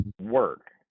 work